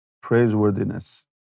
praiseworthiness